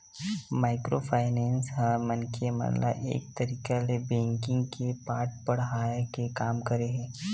micro finance ह मनखे मन ल एक तरिका ले बेंकिग के पाठ पड़हाय के काम करे हे